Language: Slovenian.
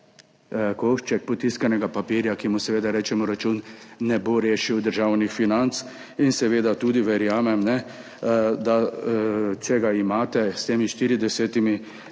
košček potiskanega papirja, ki mu seveda rečemo račun, ne bo rešil državnih financ, Seveda tudi verjamem, da če ga nimate, s temi 40